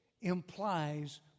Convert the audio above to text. implies